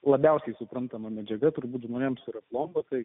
labiausiai suprantama medžiaga turbūt žmonėms ir logo tai